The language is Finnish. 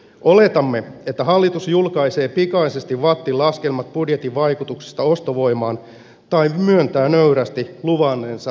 oletamme että hallitus julkaisee pikaisesti vattin laskelmat budjetin vaikutuksesta ostovoimaan tai myöntää nöyrästi luvanneensa tiedotteessaan liikaa